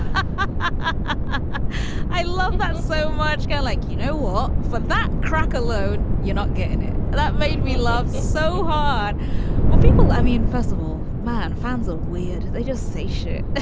i i love that so much guy, like, you know, or for that crack alone, you're not getting it. that made me love so hard well, people i mean, festival man fans are ah weird. they just say shit i